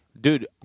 Dude